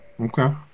Okay